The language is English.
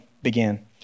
began